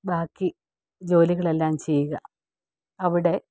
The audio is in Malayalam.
ബാക്കി ജോലികളെല്ലാം ചെയ്യുക അവിടെ